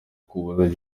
kubuza